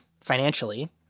financially